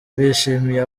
bishimiye